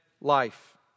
life